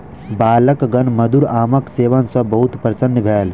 बालकगण मधुर आमक सेवन सॅ बहुत प्रसन्न भेल